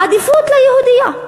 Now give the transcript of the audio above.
העדיפות ליהודייה,